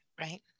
Right